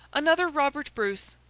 another robert bruce,